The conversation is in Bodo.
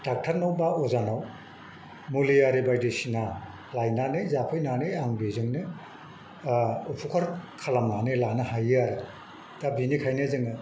डक्ट'रनाव बा अजानाव मुलि आरि बायदिसिना लायनानै जाफैनानै आं बेजोंनो उपखार खालामनानै लानो हायो आरो दा बेनिखायनो जोङो